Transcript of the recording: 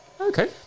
Okay